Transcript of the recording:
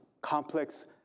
complex